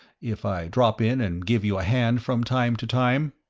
if i drop in and give you a hand from time to time?